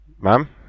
Ma'am